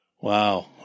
Wow